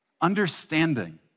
Understanding